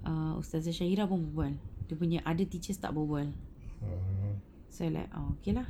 err ustazah shilah pun berbual ah dia punya other teachers jer tak berbual so I like orh okay lah